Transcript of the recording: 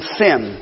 sin